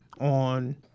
on